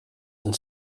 and